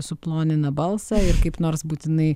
suplonina balsą ir kaip nors būtinai